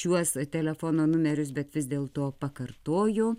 šiuos telefono numerius bet vis dėlto pakartoju